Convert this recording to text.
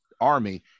army